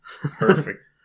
perfect